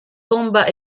combat